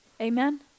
Amen